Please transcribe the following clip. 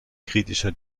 kritischer